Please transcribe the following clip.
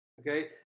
Okay